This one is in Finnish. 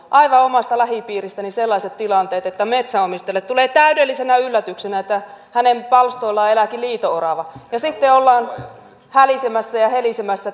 aivan omasta lähipiiristäni sellaiset tilanteet että metsänomistajalle tulee täydellisenä yllätyksenä että hänen palstoillaan elääkin liito orava ja sitten ollaan hälisemässä ja helisemässä